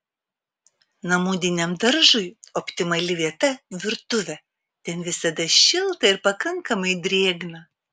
namudiniam daržui optimali vieta virtuvė ten visada šilta ir pakankamai drėgna